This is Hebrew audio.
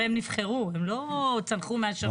הרי הם נבחרו, הם לא צנחו מהשמיים.